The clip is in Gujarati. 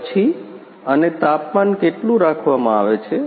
પછી અને તાપમાન કેટલું રાખવામાં આવે છે